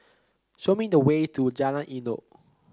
show me the way to Jalan Elok